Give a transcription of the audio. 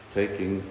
taking